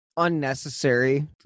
unnecessary